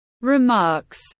remarks